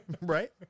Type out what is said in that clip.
Right